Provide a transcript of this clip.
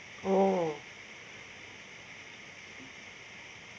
oh